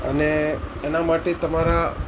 અને એના માટે તમારા